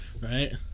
Right